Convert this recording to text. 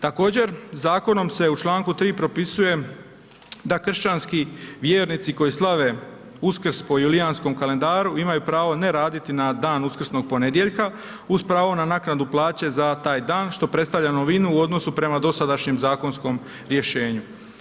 Također zakonom se u članku 3. propisuje da kršćanski vjernici koji slave Uskrs po Julijanskom kalendaru imaju pravo ne raditi na dan Uskrsnog ponedjeljka uz pravo na naknadu plaće za taj dan što predstavlja novinu u odnosu na prema dosadašnjem zakonskom rješenju.